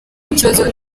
ikibazo